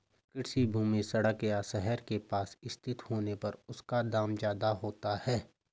कृषि भूमि सड़क या शहर के पास स्थित होने पर उसका दाम ज्यादा होता है